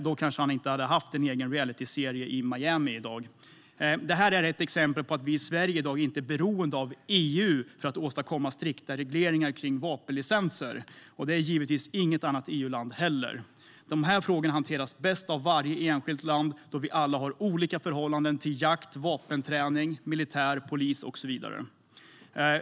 Då hade han kanske inte haft en egen realityserie i Miami i dag. Detta är ett exempel på att vi i Sverige i dag inte är beroende av EU för att åstadkomma striktare regleringar kring vapenlicenser, och det är givetvis inget annat EU-land heller. De här frågorna hanteras bäst av varje enskilt land, då vi alla har olika förhållanden till jakt och vapenträning för militär, polis och så vidare.